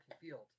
field